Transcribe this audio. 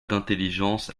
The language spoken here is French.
d’intelligence